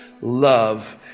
love